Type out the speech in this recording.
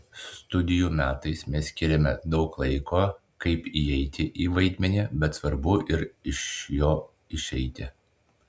studijų metais mes skyrėme daug laiko kaip įeiti į vaidmenį bet svarbu ir iš jo išeiti